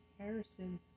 Harrison